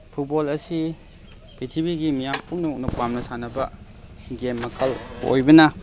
football ꯑꯁꯤ ꯄ꯭ꯔꯤꯊꯤꯕꯤꯒꯤ ꯃꯤꯌꯥꯝ ꯄꯨꯝꯅꯃꯛꯅ ꯄꯥꯝꯅ ꯁꯥꯟꯅꯕ ꯒꯦꯝ ꯃꯈꯜ ꯑꯣꯏꯕꯅ